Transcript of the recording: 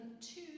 two